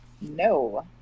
No